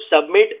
submit